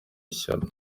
ishyano